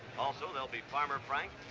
also, there'll be farmer frank,